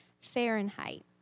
Fahrenheit